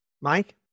Mike